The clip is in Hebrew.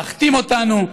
להכתים אותנו,